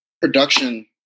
Production